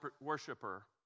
worshiper